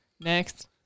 Next